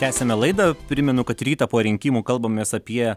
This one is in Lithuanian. tęsiame laidą primenu kad rytą po rinkimų kalbamės apie